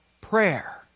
prayer